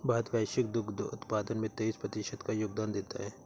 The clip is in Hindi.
भारत वैश्विक दुग्ध उत्पादन में तेईस प्रतिशत का योगदान देता है